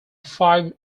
five